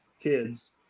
kids